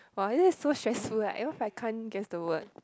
!wah! this is so stressful leh eh what if I can't guess the word